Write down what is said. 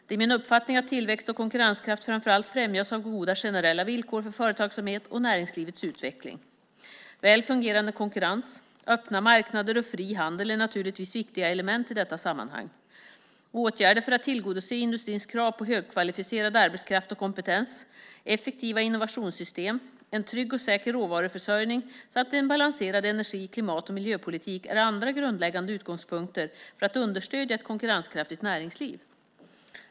Det är min uppfattning att tillväxt och konkurrenskraft framför allt främjas av goda generella villkor för företagsamhet och näringslivets utveckling. Väl fungerande konkurrens, öppna marknader och fri handel är naturligtvis viktiga element i detta sammanhang. Åtgärder för att tillgodose industrins krav på högkvalificerad arbetskraft och kompetens, effektiva innovationssystem, en trygg och säker råvaruförsörjning samt en balanserad energi-, klimat och miljöpolitik är andra grundläggande utgångspunkter för att understödja ett konkurrenskraftigt näringsliv.